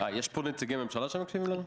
יש פה נציגי ממשלה שמקשיבים לנו?